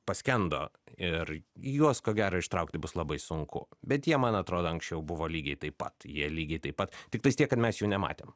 paskendo ir juos ko gero ištraukti bus labai sunku bet jie man atrodo anksčiau buvo lygiai taip pat jie lygiai taip pat tiktais tiek kad mes jų nematėm